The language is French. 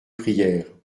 prières